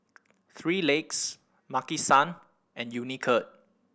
Three Legs Maki San and Unicurd